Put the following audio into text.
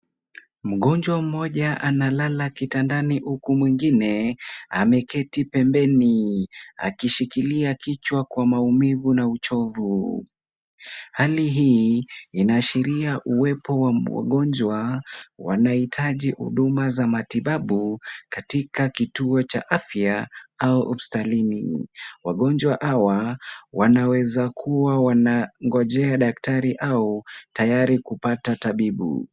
Mgonjwa mmoja analala kitandani huku mwingine ameketi pembeni, akishikilia kichwa kwa maumivu na uchovu. Hali hii inashiria uwepo wa wagonjwa anayehitaji huduma za matibabu katika kituo cha afya au hospitalini. Wagonjwa hawa wanaweza kuwa wanangojea daktari au tayari kupata tabibu.